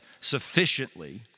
sufficiently